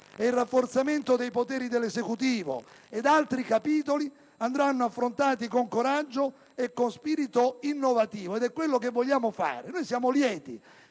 Il rafforzamento dei poteri dell'Esecutivo ed altri capitoli andranno affrontati con coraggio e con spirito innovativo: ed è quanto vogliamo fare. Noi siamo lieti